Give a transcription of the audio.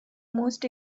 most